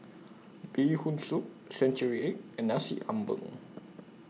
Bee Hoon Soup Century Egg and Nasi Ambeng